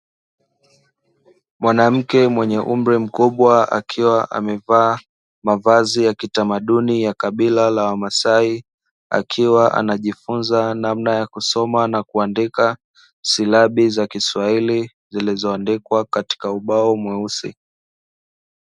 Mwanamke mwenye umri mkubwa, akiwa amevaa mavazi ya kitamaduni ya kabila la wamasai, akiwa anajifunza namna ya kusoma na kuandika silabi za kiswahili zilizoandikwa katika ubao mweusi.